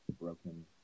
broken